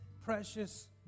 precious